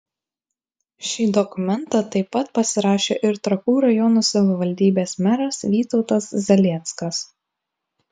šį dokumentą taip pat pasirašė ir trakų rajono savivaldybės meras vytautas zalieckas